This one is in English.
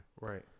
right